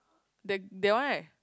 that that one right